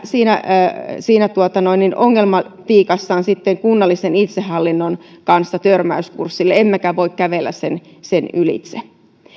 siinä siinä ongelmatiikassaan kunnallisen itsehallinnon kanssa törmäyskurssille emmekä voi kävellä sen sen ylitse